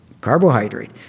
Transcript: carbohydrate